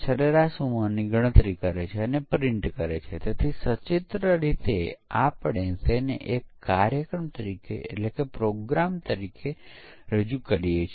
જવાબ છે અલ્ગોરિધમની ભૂલ પ્રોગ્રામીંગની ભૂલ વગેરે પ્રોગ્રામર i ને બદલે j વેરિયેબલ્સ લખે અથવા તો કદાચ તે અલ્ગોરિધમનો યોગ્ય અમલ ન કરે તે એલ્ગોરિધમ ભૂલ અથવા પ્રોગ્રામિંગ ભૂલ છે